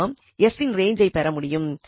நாம் s இன் ரேஞ்சை பெற முடியும்